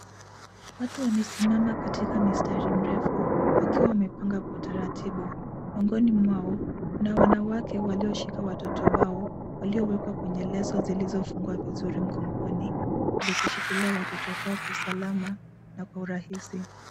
Watu wamesimama katika mistari mrefu wakiwa wamepanga kwa utaratibu, miongoni mwao na wanawake walioshika watoto wao waliowekwa kwenye leso zilizofungwa vizuri mgongoni zikishikilia watoto hao kwa salama na kwa urahisi.